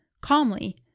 Calmly